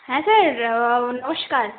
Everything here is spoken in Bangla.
হ্যাঁ স্যার নমস্কার